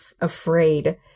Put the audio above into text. afraid